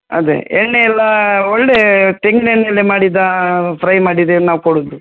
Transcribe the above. ಅದೆ ಎಣ್ಣೆಯೆಲ್ಲ ಒಳ್ಳೆಯ ತೆಂಗಿನ ಎಣ್ಣೆಯಲ್ಲೆ ಮಾಡಿದ ಫ್ರೈ ಮಾಡಿದ್ದೇ ನಾವು ಕೊಡೋದು